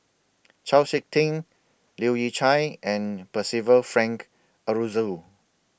Chau Sik Ting Leu Yew Chye and Percival Frank Aroozoo